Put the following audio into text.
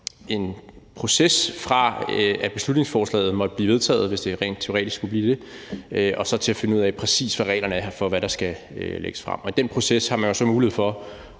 en proces, fra beslutningsforslaget måtte blive vedtaget, hvis det rent teoretisk skulle blive det, og så til at finde ud af, præcis hvordan reglerne skal være for, hvad der skal lægges frem. Og i den proces har man så mulighed for